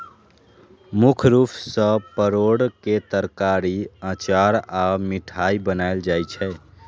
मुख्य रूप सं परोर के तरकारी, अचार आ मिठाइ बनायल जाइ छै